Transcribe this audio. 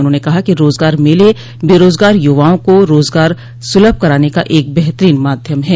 उन्होंने कहा कि रोजगार मेले बेरोजगार युवाओं को रोजगार सुलभ कराने का एक बेहतरीन माध्यम है